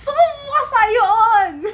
什么 what are you on